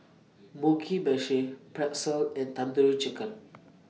Mugi Meshi Pretzel and Tandoori Chicken